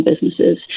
businesses